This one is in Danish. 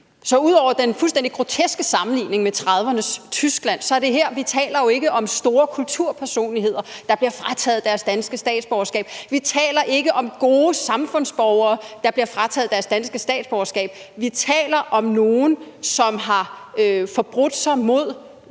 Men ud over den fuldstændig groteske sammenligning med 1930'ernes Tyskland taler vi jo her ikke om store kulturpersonligheder, der bliver frataget deres danske statsborgerskab, og vi taler ikke om gode samfundsborgere, der bliver frataget deres danske statsborgerskab, men vi taler om nogle, som har forbrudt sig mod